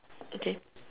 okay